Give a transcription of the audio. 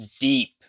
deep